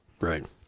Right